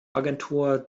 agentur